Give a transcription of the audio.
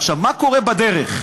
עכשיו, מה קורה בדרך?